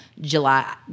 July